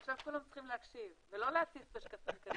עכשיו כולם צריכים להקשיב ולא להציץ בשקפים.